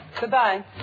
Goodbye